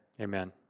Amen